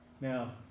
Now